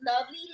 lovely